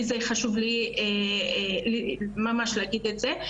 וחשוב לי מאוד להגיד את זה.